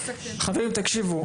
חברים, תקשיבו.